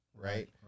right